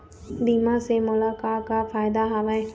बीमा से मोला का का फायदा हवए?